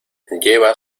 lleva